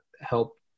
help